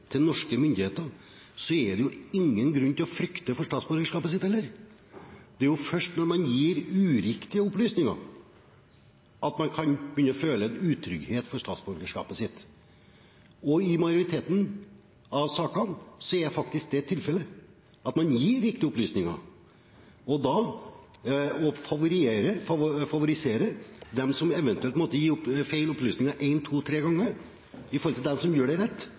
til norske myndigheter, er det ingen grunn til å frykte for statsborgerskapet sitt. Det er først når man gir uriktige opplysninger at man kan begynne å føle en utrygghet for statsborgerskapet sitt. Og i majoriteten av sakene er det faktisk tilfellet, at man gir riktige opplysninger. Å favorisere dem som eventuelt én, to, tre ganger måtte gi feil opplysninger, i forhold til dem som gjør det rett,